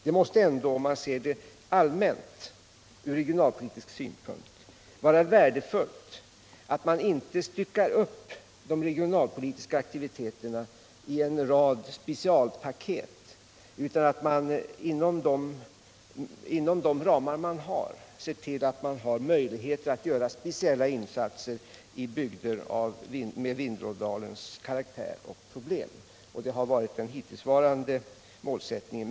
Det måste ändå, om man ser det allmänt ur regionalpolitisk synpunkt, vara värdefullt att man inte styckar upp de regionalpolitiska aktiviteterna i en rad specialpaket, utan att man inom de ramar man har ser till att det finns möjligheter att göra speciella insatser i bygder med Vindelådalens karaktär och problem. Detta har varit den hittillsvarande målsättningen.